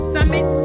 Summit